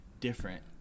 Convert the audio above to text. different